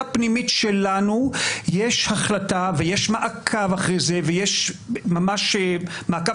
פנימית שלנו יש החלטה ויש מעקב אחרי זה ויש ממש מעקב